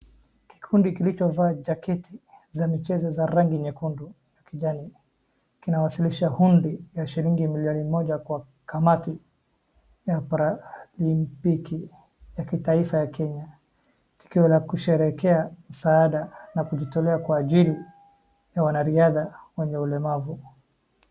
Kikundi kilichovaa jaketi za michezo za rangi nyekundu na kijani, kinawasilisha hundi ya shilingi milioni moja kwa kamati la para-lympiki ya kitaifa ya Kenya. Tukiola kusherehekea msaada na kujitolea kwa ajili ya wanariadha wenye ulemavu.